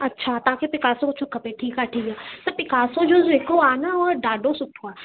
अछा तव्हांखे पिकासो जो खपे ठीकु आहे ठीकु त पिकासो जो जेको आहे न उहो डाढो सुठो आहे